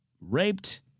raped